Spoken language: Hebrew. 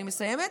אני מסיימת.